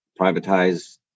privatize